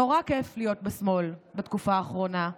נורא כיף להיות בשמאל בתקופה האחרונה,